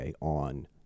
on